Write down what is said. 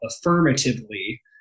affirmatively